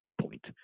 point